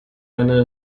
eine